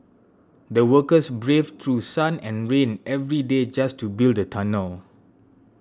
the workers braved through sun and rain every day just to build the tunnel